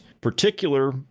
particular